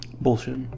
Bullshit